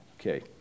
okay